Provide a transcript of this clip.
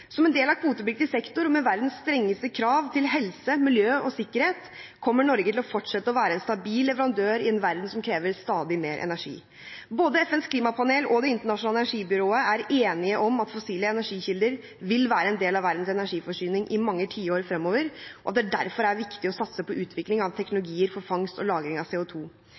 Som en del av kvotepliktig sektor og med verdens strengeste krav til helse, miljø og sikkerhet kommer Norge til å fortsette å være en stabil leverandør i en verden som krever stadig mer energi. Både FNs klimapanel og Det internasjonale energibyrået er enige om at fossile energikilder vil være en del av verdens energiforsyning i mange tiår fremover, og at det derfor er viktig å satse på utvikling av teknologier for fangst og lagring av